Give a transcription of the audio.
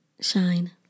Shine